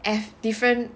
different